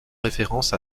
référence